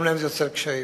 גם להם זה יוצר קשיים.